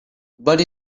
but